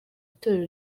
itorero